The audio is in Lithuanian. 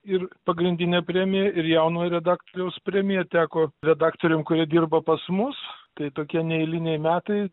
ir pagrindinė premija ir jaunojo redaktoriaus premija teko redaktoriam kurie dirba pas mus tai tokie neeiliniai metai